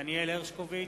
דניאל הרשקוביץ,